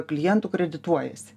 klientų kredituojasi